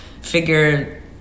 figure